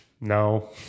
no